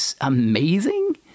amazing